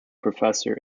professor